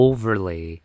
Overlay